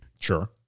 Sure